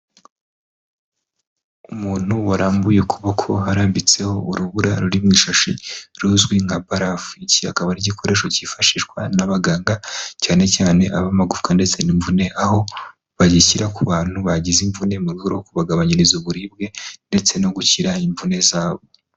Umuntu warambuye ukuboko, arambitseho urubura ruri mu ishashi ruzwi nka barafu, iki kikaba ari igikoresho cyifashishwa n'abaganga cyane cyane ab'amagufwa ndetse n'imvune, aho bagishyira ku bantu bagize imvune, mu rwego rwo kubagabanyiriza uburibwe ndetse no gukira imvune zabo.